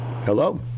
Hello